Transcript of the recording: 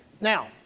Now